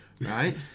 Right